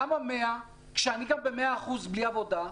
למה 100 כשאני גם במאה אחזו בלי עבודה?